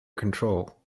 control